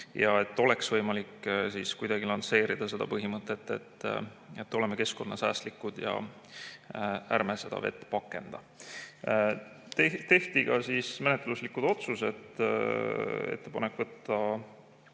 ja oleks võimalik kuidagi lansseerida seda põhimõtet, et oleme keskkonnasäästlikud ja vett ei pakenda. Tehti ka menetluslikud otsused: ettepanek võtta